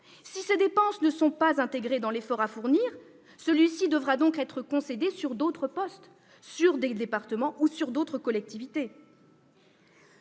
Si ces dépenses ne sont pas intégrées dans l'effort à fournir, celui-ci devra donc être concédé sur d'autres postes de dépenses départementales, ou reporté sur d'autres collectivités